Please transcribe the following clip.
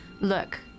look